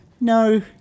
No